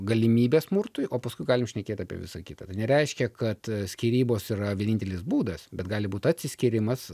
galimybė smurtui o paskui galim šnekėt apie visa kita tai nereiškia kad skyrybos yra vienintelis būdas bet gali būt atsiskyrimas